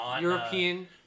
European